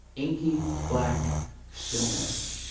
inky, black stillness.